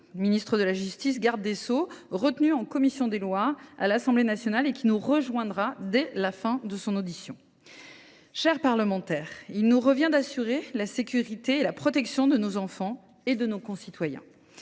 ministre de la justice : retenu en commission des lois de l’Assemblée nationale, il nous rejoindra dès la fin de son audition. Chers parlementaires, il nous revient d’assurer la sécurité et la protection de nos enfants et de nos concitoyens.